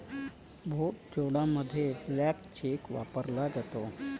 भोट जाडामध्ये blank cheque वापरला जातो